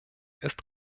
ist